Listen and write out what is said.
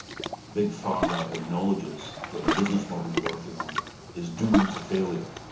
big pharma acknowledges that the business model they're working on is doomed to failure.